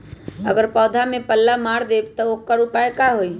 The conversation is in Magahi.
अगर पौधा में पल्ला मार देबे त औकर उपाय का होई?